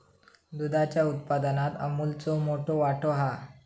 दुधाच्या उत्पादनात अमूलचो मोठो वाटो हा